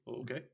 okay